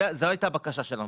זו הייתה הבקשה שלנו.